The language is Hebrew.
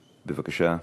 בבקשה.